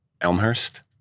Elmhurst